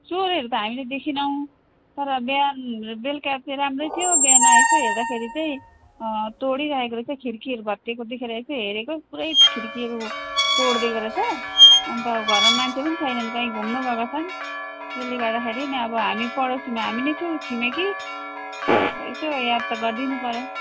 चोरहरू त हामीले देखेनौँ तर बिहान बेलुका चाहिँ राम्रै थियो बिहान यसो हेर्दाखेरि चाहिँ तोडिराखेको रहेछ खिड्कीहरू भत्केको देखेर यसो हेरेको पुरै खिड्कीहरू तोडिदिएको रहेछ अन्त घरमा मान्छे पनि छैनन् कहीँ घुम्न गएका छन् त्यसले गर्दाखेरि नि अब हामी पडोसीमा हामी नै छौँ छिमेकी अब यसो याद त गरिदिनु पऱ्यो